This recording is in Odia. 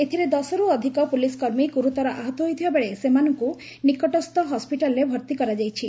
ଏଥିରେ ଦଶରୁ ଅଧିକ ପୁଲିସ୍ କର୍ମୀ ଗୁରୁତର ଆହତ ହୋଇଥିବାବେଳେ ସେମାନଙ୍କୁ ନିକଟସ୍ଥ ହସିଟାଲ୍ରେ ଭର୍ତ୍ତି କରାଯାଇଛି